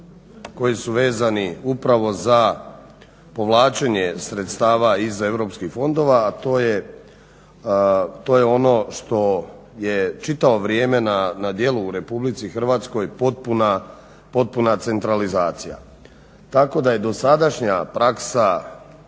koji su vezani upravo za povlačenje sredstava iz europskih fondova, a to je ono što je čitavo vrijeme na djelu u Republici Hrvatskoj, potpuna centralizacija. Tako da je dosadašnja praksa